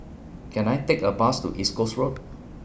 Can I Take A Bus to East Coast Road